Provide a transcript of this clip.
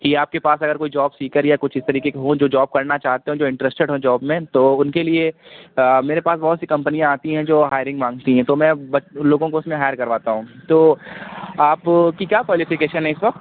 یا آپ کے پاس اگر کوئی جاب سیکر یا کچھ اِس طریقے کے ہوں جو جاب کرنا چاہتے ہوں جو انٹریسٹڈ ہوں جاب میں تو اُن کے لیے میرے پاس بہت سی کمپنیاں آتی ہیں جو ہائرنگ مانگتی ہیں تو میں اُن لوگوں کو اُس میں ہائر کرواتا ہوں تو آپ کی کیا کوالیفیکیشن ہے اِس وقت